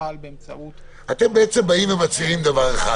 תוכל באמצעות --- אתם בעצם באים ומצהירים דבר אחד